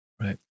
Right